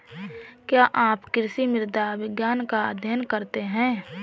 क्या आप कृषि मृदा विज्ञान का अध्ययन करते हैं?